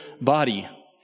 body